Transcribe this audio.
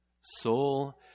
soul